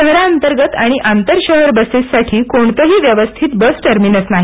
शहराअंतर्गत आणि आंतर शहर बसेससाठी कोणतंही व्यवस्थित बस टर्मिनस नाही